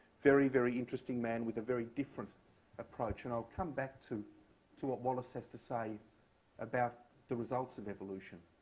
very, very interesting man with a very different approach. and i'll come back to to what wallace has to say about the results of evolution